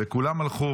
וכולם הלכו.